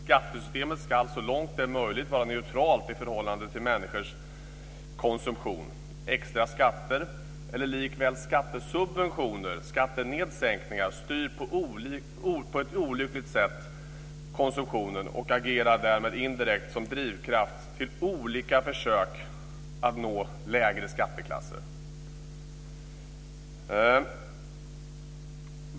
Skattesystemet ska så långt det är möjligt vara neutralt i förhållande till människors konsumtion. Extra skatter eller skattesubventioner, skattenedsänkningar, styr på ett olyckligt sätt konsumtionen och agerar därmed indirekt som drivkraft till olika försök att nå lägre skatteklasser.